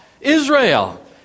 Israel